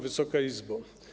Wysoka Izbo!